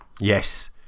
Yes